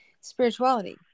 spirituality